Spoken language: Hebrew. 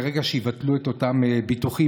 ברגע שיבטלו את אותם ביטוחים,